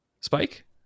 Spike